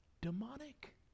demonic